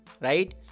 right